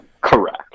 Correct